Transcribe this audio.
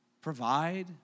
provide